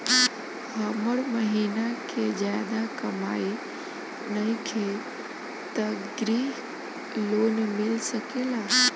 हमर महीना के ज्यादा कमाई नईखे त ग्रिहऽ लोन मिल सकेला?